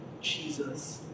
Jesus